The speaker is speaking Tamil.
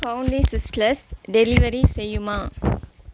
ஃபவுண்டி சிஸ்லர்ஸ் டெலிவரி செய்யுமா